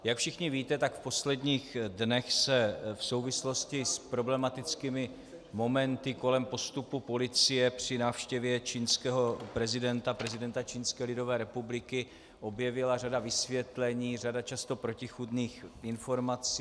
Jak všichni víte, tak v posledních dnech se v souvislosti s problematickými momenty kolem postupu policie při návštěvě prezidenta Čínské lidové republiky objevila řada vysvětlení, řada často protichůdných informací.